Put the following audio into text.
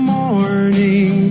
morning